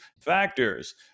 factors